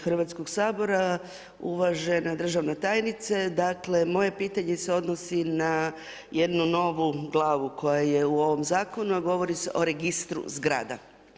Hrvatskog sabora, uvažena državna tajnice, dakle moje pitanje se odnosi na jednu novu glavu koja je u ovom zakonu a govori se o registru zgrada.